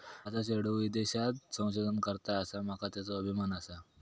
माझा चेडू ईदेशात संशोधन करता आसा, माका त्येचो अभिमान आसा